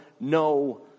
no